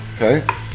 okay